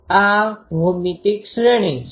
આ ભૌમિતિક શ્રેણી છે